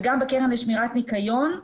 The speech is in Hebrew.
גם בקרן לשמירת ניקיון,